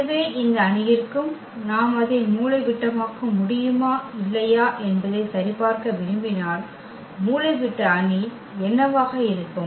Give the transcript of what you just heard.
எனவே இந்த அணியிற்கும் நாம் அதை மூலைவிட்டமாக்க முடியுமா இல்லையா என்பதை சரிபார்க்க விரும்பினால் மூலைவிட்ட அணி என்னவாக இருக்கும்